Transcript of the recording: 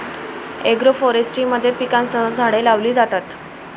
agroforestry मध्ये पिकांसह झाडे लावली जातात